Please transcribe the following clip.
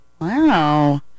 Wow